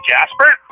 Jasper